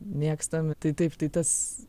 mėgstam tai taip tai tas